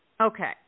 Okay